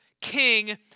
king